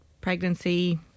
pregnancy